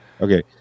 Okay